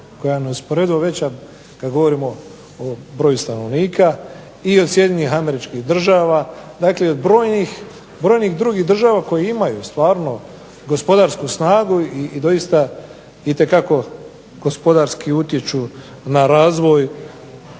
koja je neusporedivo veća kada govorimo o broju stanovnika, i od Sjedinjenih Američkih Država, dakle i od brojnih drugih država koje imaju gospodarsku snagu i itekako gospodarski utječu na razvoj